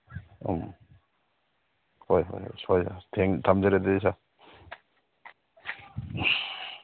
ꯎꯝ ꯍꯣꯏ ꯍꯣꯏ ꯁꯣꯏꯔꯣꯏ ꯊꯝꯖꯔꯦ ꯑꯗꯨꯗꯤ ꯁꯥꯔ